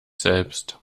selbst